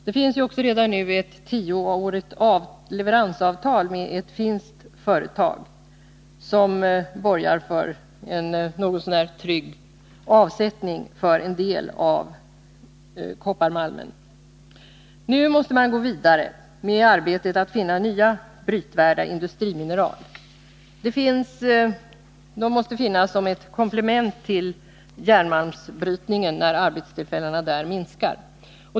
Det finns redan nu ett tioårigt leveransavtal med ett finskt företag, vilket borgar för en något så när trygg avsättning för en del av kopparmalmen. Nu måste man gå vidare med arbetet att finna nya brytvärda industrimineral. De måste finnas som ett komplement till järnmalmsbrytningen när arbetstillfällena där minskar.